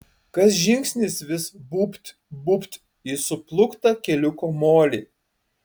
kas žingsnis vis būbt būbt į suplūktą keliuko molį